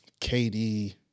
KD